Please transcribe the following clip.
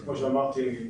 אנחנו שואפים,